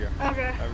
Okay